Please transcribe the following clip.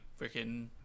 freaking